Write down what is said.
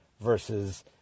versus